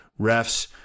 refs